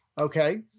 okay